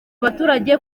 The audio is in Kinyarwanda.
abaturage